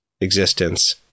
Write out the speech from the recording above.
existence